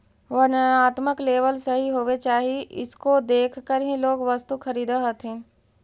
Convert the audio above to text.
वर्णात्मक लेबल सही होवे चाहि इसको देखकर ही लोग वस्तु खरीदअ हथीन